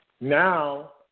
Now